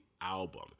album